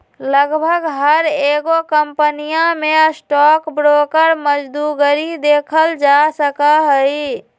लगभग हर एगो कम्पनीया में स्टाक ब्रोकर मौजूदगी देखल जा सका हई